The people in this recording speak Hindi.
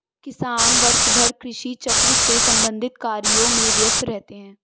किसान वर्षभर कृषि चक्र से संबंधित कार्यों में व्यस्त रहते हैं